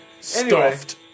Stuffed